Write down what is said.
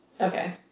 okay